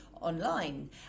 online